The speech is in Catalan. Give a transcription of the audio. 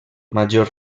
major